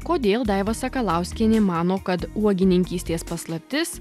kodėl daiva sakalauskienė mano kad uogininkystės paslaptis